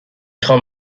خوام